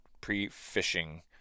pre-fishing